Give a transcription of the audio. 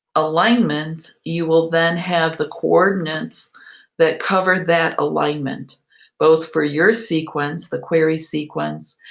alignment you will then have the coordinates that cover that alignment both for your sequence, the query sequence,